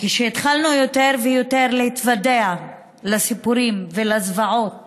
כשהתחלנו יותר ויותר להתוודע לסיפורים ולזוועות